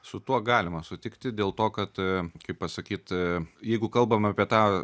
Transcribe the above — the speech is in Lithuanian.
su tuo galima sutikti dėl to kad kaip pasakyt jeigu kalbam apie tą